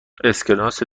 اسکناس